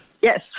Yes